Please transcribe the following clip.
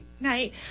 night